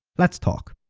let's talk.